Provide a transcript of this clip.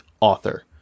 author